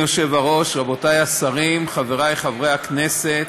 אדוני היושב-ראש, רבותי השרים, חברי חברי הכנסת,